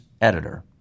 Editor